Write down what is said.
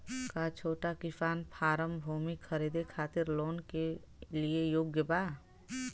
का छोटा किसान फारम भूमि खरीदे खातिर लोन के लिए योग्य बा?